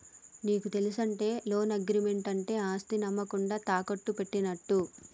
నీకు తెలుసటే, loan agreement అంటే ఆస్తిని అమ్మకుండా తాకట్టు పెట్టినట్టు